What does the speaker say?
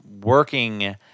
working